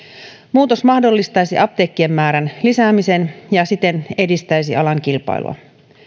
muutos mahdollistaisi apteekkien määrän lisäämisen ja siten edistäisi alan kilpailua